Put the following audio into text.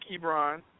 Ebron